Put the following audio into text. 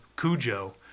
cujo